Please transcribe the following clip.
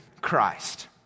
Christ